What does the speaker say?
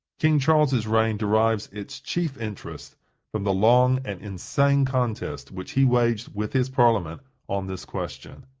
king charles's reign derives its chief interest from the long and insane contest which he waged with his parliament on this question.